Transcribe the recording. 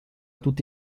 tutti